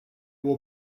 will